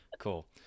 cool